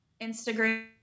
Instagram